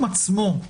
התשלום עצמו,